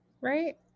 right